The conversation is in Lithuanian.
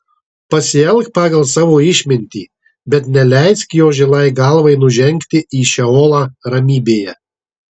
pasielk pagal savo išmintį bet neleisk jo žilai galvai nužengti į šeolą ramybėje